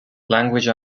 language